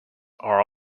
are